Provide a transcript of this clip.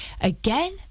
again